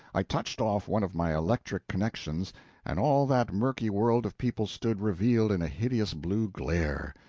i touched off one of my electric connections and all that murky world of people stood revealed in a hideous blue glare!